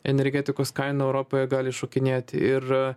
energetikos kaina europoje gali šokinėti ir